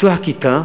לפתוח כיתה